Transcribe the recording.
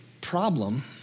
problem